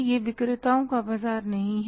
यह विक्रेताओं का बाजार नहीं है